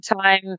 time